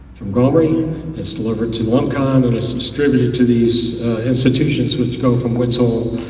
gomri it's delivered to nupcon and it's distributed to these institutions which go from woodsull